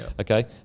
Okay